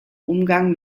umgang